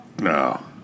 no